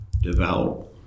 devout